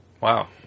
Wow